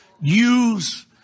Use